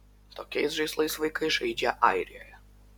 tokiais žaislais vaikai žaidžia airijoje